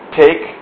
take